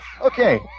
okay